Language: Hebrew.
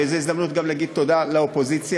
וזאת הזדמנות גם להגיד תודה לאופוזיציה,